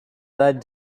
led